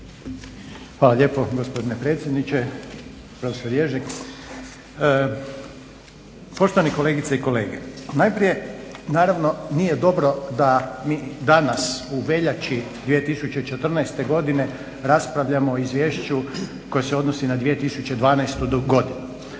Hvala lijepo gospodine predsjedniče, prof. Ježek. Poštovani kolegice i kolege, najprije naravno nije dobro da mi danas u veljači 2014. godine raspravljamo o izvješću koje se odnosi na 2012. godinu.